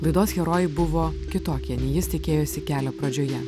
laidos herojui buvo kitokie nei jis tikėjosi kelio pradžioje